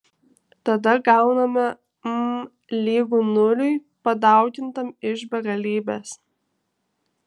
tada gauname m lygu nuliui padaugintam iš begalybės